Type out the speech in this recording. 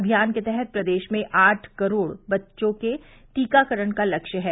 अमियान के तहत प्रदेश में आठ करोड़ बच्चों के टीकाकरण का लक्ष्य है